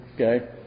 Okay